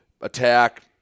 attack